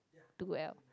do well